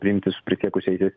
rinktis prisiekusieji